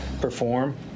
perform